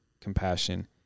compassion